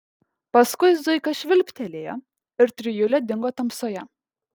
paskui zuika švilptelėjo ir trijulė dingo tamsoje